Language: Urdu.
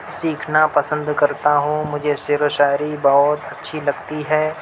سیکھنا پسند کرتا ہوں مجھے شعر و شاعری بہت اچھی لگتی ہے